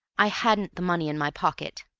i hadn't the money in my pocket.